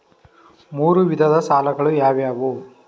ಮೂರು ವಿಧದ ಸಾಲಗಳು ಯಾವುವು?